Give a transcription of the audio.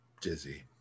dizzy